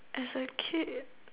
as a kid